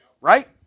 right